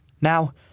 Now